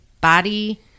body